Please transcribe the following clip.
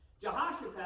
Jehoshaphat